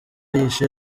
yishe